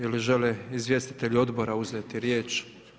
Je li žele izvjestitelji odbora uzeti riječ?